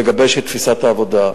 לגבש את תפיסת העבודה.